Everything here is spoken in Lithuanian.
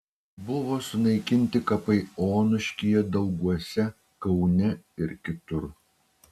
buvo sunaikinti kapai onuškyje dauguose kaune ir kitur